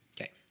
Okay